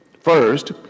First